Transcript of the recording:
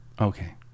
Okay